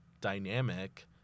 dynamic